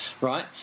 right